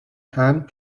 hand